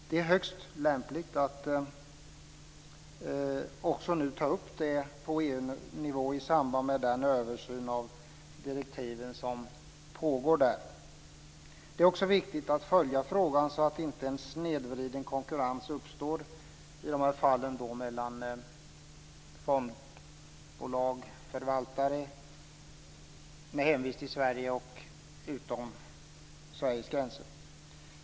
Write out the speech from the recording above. Det är högst lämpligt att ta upp det på EU-nivå i samband med den översyn av direktiven som pågår där. Det är också viktigt att följa frågan så att inte en snedvriden konkurrens uppstår - i dessa fall mellan fondbolagsförvaltare med hemvist i Sverige och utom Sveriges gränser.